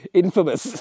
infamous